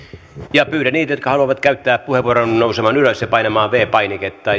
ja pyydän niitä jotka haluavat käyttää puheenvuoron nousemaan ylös ja painamaan viides painiketta